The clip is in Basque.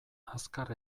azkar